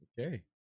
Okay